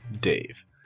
Dave